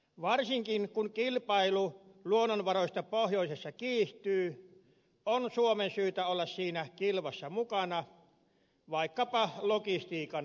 varsinkin kun kilpailu luonnonvaroista pohjoisessa kiihtyy on suomen syytä olla siinä kilvassa mukana vaikkapa logistiikan tarjoajana